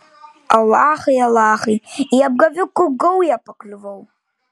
alachai alachai į apgavikų gaują pakliuvau